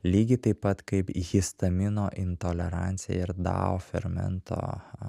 lygiai taip pat kaip histamino intolerancija ir dao fermento